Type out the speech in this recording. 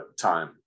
time